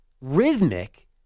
rhythmic